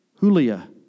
Julia